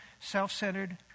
self-centered